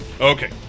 Okay